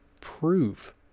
prove